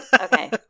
Okay